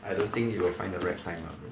I don't think you will find the right time ah bro